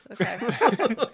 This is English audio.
Okay